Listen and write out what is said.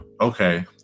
okay